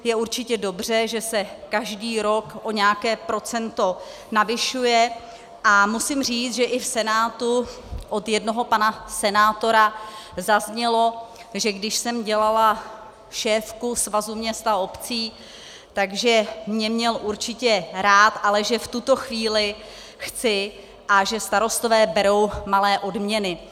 Je určitě dobře, že se každý rok o nějaké procento navyšuje, a musím říct, že i v Senátu od jednoho pana senátora zaznělo, že když jsem dělala šéfku Svazu měst a obcí, že mě měl určitě rád, ale že v tuto chvíli chci a že starostové berou malé odměny.